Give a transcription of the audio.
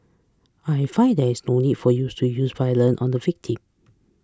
I find there is no need for you to use violence on the victim